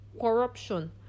corruption